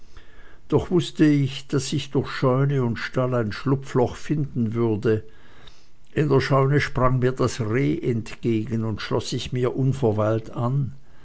doch wußte ich daß ich durch scheune und stall ein schlupfloch finden würde in der scheune sprang mir das reh entgegen und schloß sich mir unverweilt an